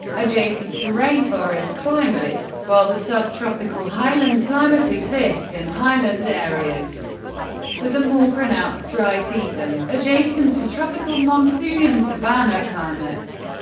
adjacent to rainforest climates, while the subtropical highland climate exist in highland areas with a more pronounced dry season, adjacent to tropical monsoon and savanna climates.